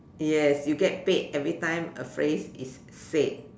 yes you get paid every time a phrase is said